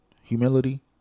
Humility